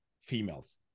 females